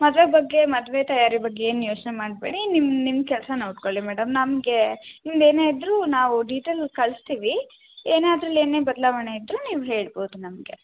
ಮದುವೆ ಬಗ್ಗೆ ಮದುವೆ ತಯಾರಿ ಬಗ್ಗೆ ಏನು ಯೋಚನೆ ಮಾಡಬೇಡಿ ನಿಮ್ಮ ನಿಮ್ಮ ಕೆಲಸ ನೋಡ್ಕೊಳ್ಳಿ ಮೇಡಮ್ ನಮಗೆ ನಿಮ್ದು ಏನೇ ಇದ್ದರೂ ನಾವು ಡಿಟೇಲ್ ಕಳಿಸ್ತೀವಿ ಏನಾದರು ಏನೇ ಬದಲಾವಣೆ ಇದ್ದರೂ ನೀವು ಹೇಳ್ಬೋದು ನಮಗೆ